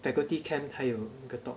faculty camp 还有一个 talk